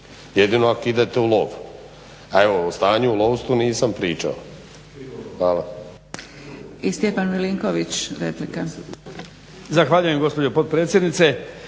jedino ako idete u lov, a o stanju u lovstvu nisam pričao. Hvala.